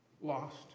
lost